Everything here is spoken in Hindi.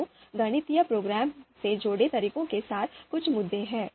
तो गणितीय प्रोग्रामिंग से जुड़े तरीकों के साथ कुछ मुद्दे हैं